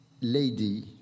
lady